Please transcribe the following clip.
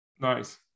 Nice